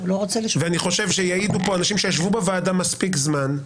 ואני חושב שיעידו פה אנשים שישבו בוועדה מספיק זמן,